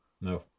No